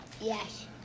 Yes